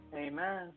Amen